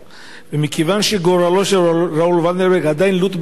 ומכיוון שגורלו של ראול ולנברג עדיין לוט בערפל,